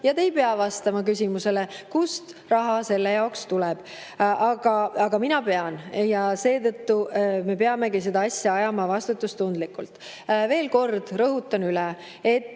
ja te ei pea vastama küsimusele, kust raha selle jaoks tuleb. Aga mina pean ja seetõttu me peamegi seda asja ajama vastutustundlikult. Veel kord rõhutan üle, et